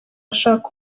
ashaka